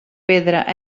pedra